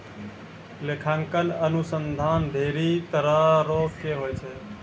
लेखांकन अनुसन्धान ढेरी तरहो के होय छै